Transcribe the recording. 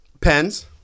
Pens